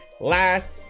last